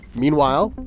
meanwhile,